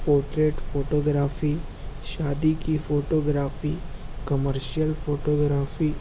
portrait photography شادی کی photography commercial photography